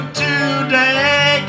today